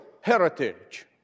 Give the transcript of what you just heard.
heritage